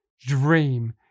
Dream